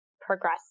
progress